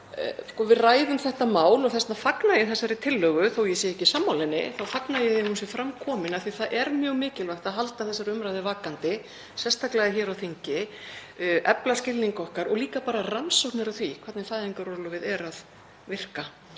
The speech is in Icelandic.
að við ræðum þetta mál og þess vegna fagna ég þessari tillögu. Þó að ég sé ekki sammála henni þá fagna ég því að hún sé fram komin af því að það er mjög mikilvægt að halda þessari umræðu vakandi, sérstaklega hér á þingi, efla skilning okkar og líka bara rannsóknir á því hvernig fæðingarorlofið virkar.